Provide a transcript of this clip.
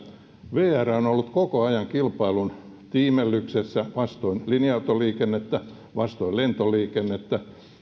vr on ollut koko ajan kilpailun tiimellyksessä vastoin linja autoliikennettä vastoin lentoliikennettä